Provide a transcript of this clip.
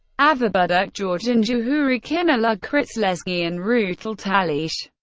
avar, budukh, georgian, juhuri, khinalug, kryts, lezgian, rutul, talysh,